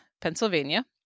Pennsylvania